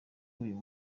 uyu